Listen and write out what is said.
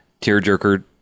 tearjerker